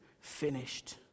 finished